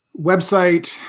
website